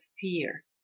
fear